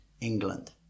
England